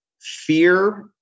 fear